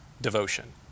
devotion